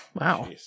Wow